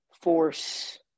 force